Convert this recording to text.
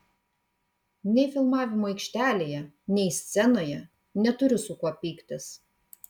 nei filmavimo aikštelėje nei scenoje neturiu su kuo pyktis